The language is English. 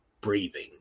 breathing